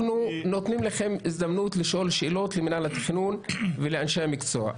אנחנו נותנים לכם לשאול שאלות את מינהל התכנון ואת אנשי המקצוע,